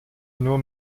nur